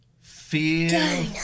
fear